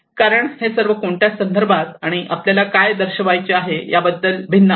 कारण हे सर्व कोणत्या संदर्भात आपल्याला काय दर्शवायचे आहे याबद्दल भिन्न आहे